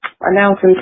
announcing